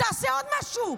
תעשה עוד משהו.